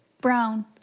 Brown